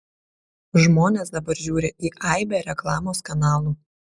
žmonės dabar žiūri į aibę reklamos kanalų